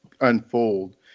unfold